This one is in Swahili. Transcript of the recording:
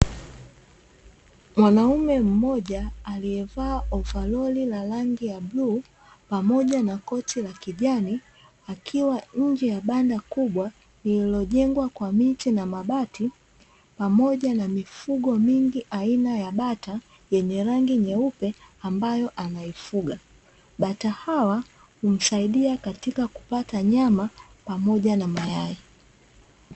Mwanamume mmoja aliyevaa ovarori ya rangi ya bluu pamoja na koti la kijani, akiwa nje ya banda kubwa lililojengwa kwa miti na mabati pamoja na mifugo mingi aina ya bata yenye rangi nyeupe ambayo anaifuga. Bata hawa humsaidia katika kupata nyama pamoja na mayai.